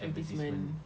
advertisement